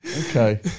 okay